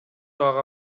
ага